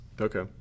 Okay